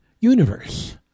Universe